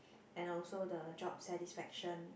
and also the job satisfaction